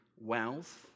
wealth